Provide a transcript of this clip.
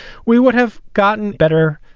we would have gotten better.